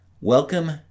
welcome